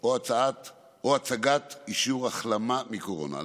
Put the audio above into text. או הצגת אישור החלמה מקורונה.